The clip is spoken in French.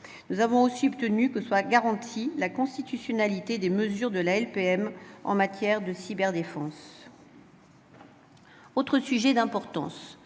Nous avons aussi obtenu que soit garantie la constitutionnalité des mesures de la LPM en matière de cyberdéfense. Autre sujet d'importance